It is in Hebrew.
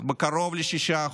בקרוב ל-6%,